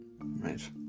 right